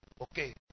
Okay